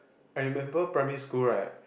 I remember primary school right